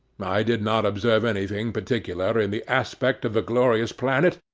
i did not observe anything particular in the aspect of the glorious planet,